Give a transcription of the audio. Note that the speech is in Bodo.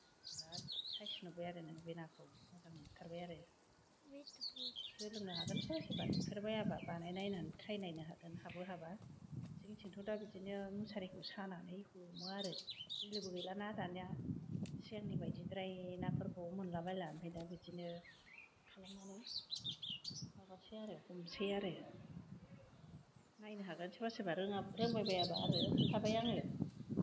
बेराद साइस नुबाय आरो नों बे नाखौ मोजां नुथारबाय आरो सोलोंनो हागोन सोरबा सोरबा नुफेरबायाबा बानायनायनानै ट्राइ नायनो हागोन हाबो हाबा जोंनिथिंथ' दा बिदिनो मुसारिखौ सानानै हमो आरो बिलोबो गैला ना दानिया सिगांनि बायदिद्राय नाफोरखौबो मोनला बायला आमफ्राइ दा बिदिनो खालामनानै माबासै आरो हमसै आरो नायनो हागोन सोरबा सोरबा रोङा रोंबायबायाबा आरो खोन्थाबाय आङो